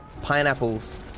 pineapples